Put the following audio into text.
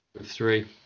Three